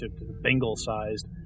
Bengal-sized